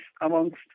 amongst